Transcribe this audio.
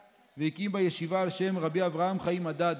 והקים בה ישיבה על שם רבי אברהם חיים אדאדי,